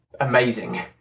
amazing